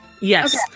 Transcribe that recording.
yes